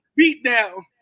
beatdown